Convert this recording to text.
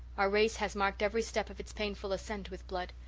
our race has marked every step of its painful ascent with blood.